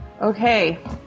Okay